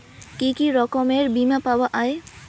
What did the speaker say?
কি কি রকমের বিমা পাওয়া য়ায়?